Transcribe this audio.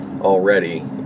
already